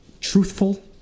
truthful